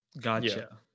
gotcha